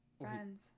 friends